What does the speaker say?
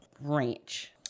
ranch